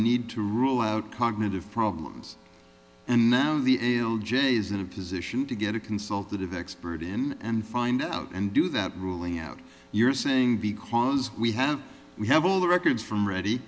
need to rule out cognitive problems and now the l j is in a position to get a consultative expert in and find out and do that ruling out you're saying because we have we have all the records from ready